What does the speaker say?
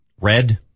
Red